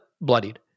bloodied